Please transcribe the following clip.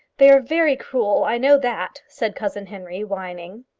they are very cruel i know that, said cousin henry, whining.